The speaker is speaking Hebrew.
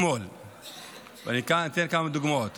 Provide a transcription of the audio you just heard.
ואני אתן כמה דוגמאות.